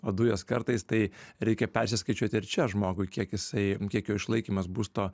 o dujos kartais tai reikia persiskaičiuoti ir čia žmogui kiek jisai kiek jo išlaikymas būsto